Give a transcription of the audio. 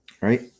Right